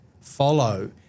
follow